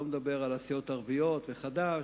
אני לא מדבר על הסיעות הערביות וחד"ש,